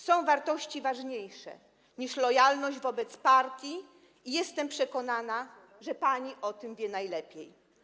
Są wartości ważniejsze niż lojalność wobec partii i jestem przekonana, że pani wie o tym najlepiej.